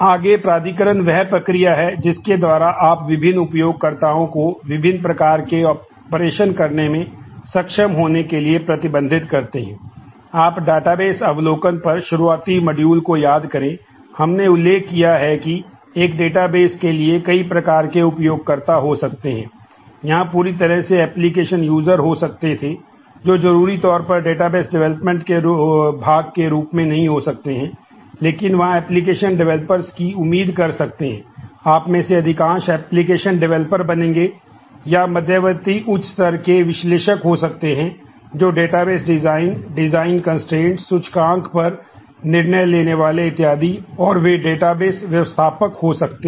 आगे प्राधिकरण वह प्रक्रिया है जिसके द्वारा आप विभिन्न उपयोगकर्ताओं को विभिन्न प्रकार के ऑपरेशन व्यवस्थापक हो सकते हैं